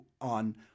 on